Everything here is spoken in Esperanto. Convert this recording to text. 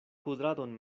kudradon